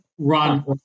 Run